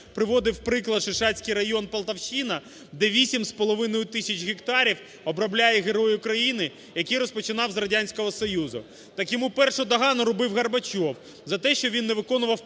приводив приклад. Шишацький район (Полтавщина), де 8,5 тисяч гектарів обробляє Герой України, який розпочинав з Радянського Союзу. Так йому першу догану робив Горбачов за те, що він не виконував план,